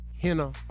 henna